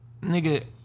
Nigga